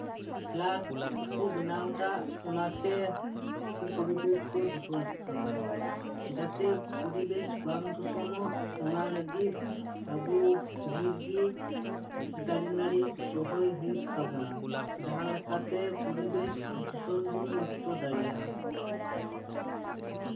flat ᱠᱚ ᱵᱮᱱᱟᱣ ᱮᱫᱟ ᱚᱱᱟᱛᱮ ᱯᱚᱨᱤᱵᱮᱥ ᱫᱚ ᱫᱩᱥᱚᱱᱚᱜ ᱠᱟᱱᱟ ᱡᱟᱛᱮ ᱯᱚᱨᱤᱵᱮᱥ ᱵᱟᱝ ᱫᱩᱥᱚᱱᱚᱜ ᱚᱱᱟ ᱞᱟᱹᱜᱤᱫ ᱟᱵᱚ ᱰᱷᱮᱨ ᱜᱮ ᱫᱟᱨᱮ ᱱᱟᱹᱲᱤ ᱨᱚᱦᱚᱭ ᱦᱩᱭᱩᱜ ᱛᱟᱵᱚᱱᱟ ᱡᱟᱦᱟᱸᱞᱮᱠᱟᱛᱮ ᱯᱚᱨᱤᱵᱮᱥ ᱫᱩᱥᱚᱱ ᱵᱚᱱ ᱢᱩᱠᱛᱚ ᱫᱟᱲᱮᱭᱟᱜᱼᱟ